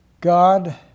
God